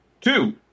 Two